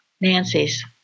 Nancy's